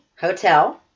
Hotel